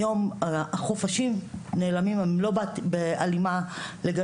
החופשים לא בהלימה.